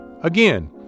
Again